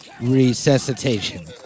resuscitation